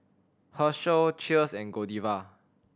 Herschel Cheers and Godiva